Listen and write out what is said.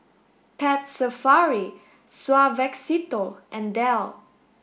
Pet Safari Suavecito and Dell